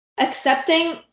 accepting